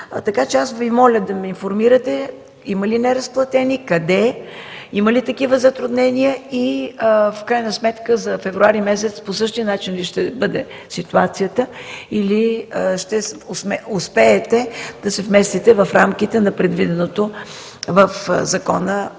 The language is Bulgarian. са. Аз Ви моля да ни информирате: има ли неразплатени, къде, има ли такива затруднения и в крайна сметка за месец февруари по същия начин ли ще бъде ситуацията или ще успеете да се вместите в рамките на предвиденото в закона